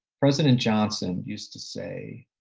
president johnson used to say,